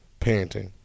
Parenting